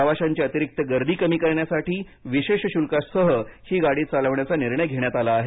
प्रवाशांची अतिरिक्त गर्दी कमी करण्यासाठी विशेष शुल्कासह ही गाडी चालविण्याचा निर्णय घेण्यात आला आहे